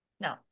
No